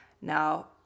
Now